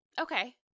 Okay